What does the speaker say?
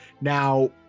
Now